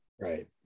Right